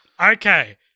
Okay